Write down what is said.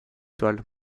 toile